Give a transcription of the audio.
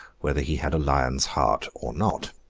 whether he had a lion's heart or not.